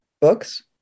books